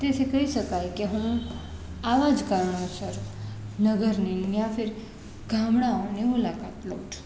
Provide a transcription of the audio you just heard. તેથી કહી શકાય કે હું આવાં જ કારણોસર નગરની યા ફીર ગામડાંઓની મુલાકાત લઉં છું